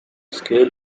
scale